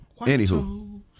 anywho